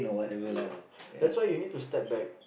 ya that's why you need to step back